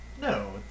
no